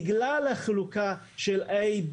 בגלל החלוקה של A,